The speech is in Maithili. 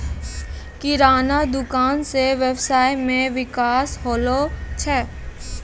किराना दुकान से वेवसाय मे विकास होलो छै